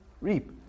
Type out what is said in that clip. reap